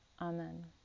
Amen